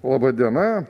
laba diena